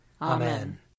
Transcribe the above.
Amen